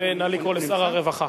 נא לקרוא לשר הרווחה.